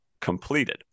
completed